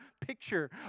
picture